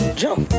jump